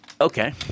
Okay